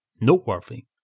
noteworthy